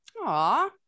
Aw